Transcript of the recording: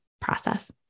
process